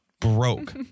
broke